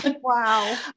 Wow